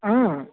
অ